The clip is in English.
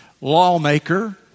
lawmaker